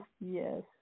Yes